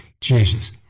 Jesus